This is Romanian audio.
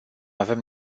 avem